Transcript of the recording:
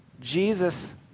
Jesus